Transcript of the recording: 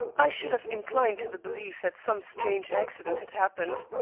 i should have inclined to the belief that some strange accident had happened.